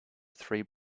three